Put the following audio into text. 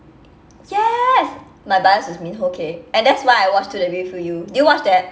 yes my bias was min ho okay and that's why I watched to the beautiful you did you watch that